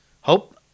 hope –